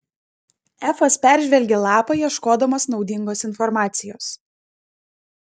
efas peržvelgė lapą ieškodamas naudingos informacijos